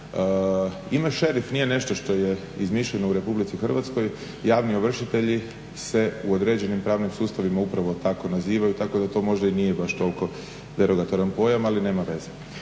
Ime šerif nije nešto što je izmišljeno u RH, javni ovršitelji se u određenim pravnim sustavima upravo tako nazivaju tako da to možda i nije baš toliko derogatoran pojam, ali nema veze.